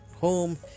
Home